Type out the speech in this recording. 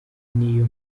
niyo